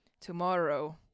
tomorrow